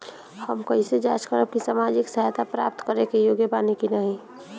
हम कइसे जांच करब कि सामाजिक सहायता प्राप्त करे के योग्य बानी की नाहीं?